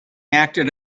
acted